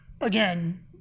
again